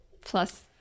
plus